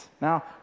Now